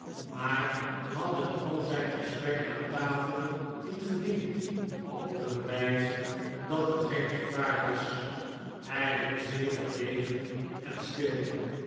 maar hadden al zijn gesprekken aan tafel niet gediend om te bewijzen dat er geen gevaar was hij werd zeer verlegen en stil